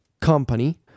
company